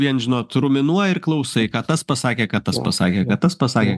vien žinot ruminuoji ir klausai ką tas pasakė ką tas pasakė ką tas pasakė